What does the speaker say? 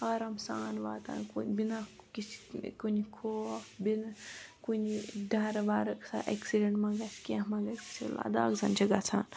آرام سان واتان کُنہِ بِنا کِسی کُنہِ خوف بِنا کُنہِ ڈَرٕ وَرٕ خبر ایکسڈنٹ ما گَژھِ کیٚنٛہہ ما گَژھِ داکھ زَن چھِ گَژھان